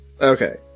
okay